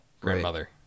grandmother